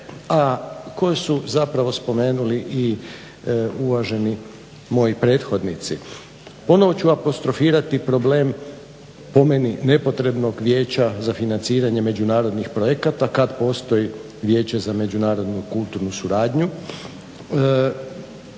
a koje su zapravo spomenuli i uvaženi moji prethodnici. Ponovo ću apostrofirati problem po meni nepotrebnog Vijeća za financiranje međunarodnih projekata kad postoji Vijeće za međunarodnu, kulturnu suradnju